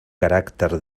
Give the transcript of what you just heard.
caràcter